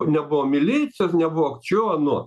nebuvo milicijos nevok čio ano